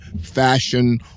fashion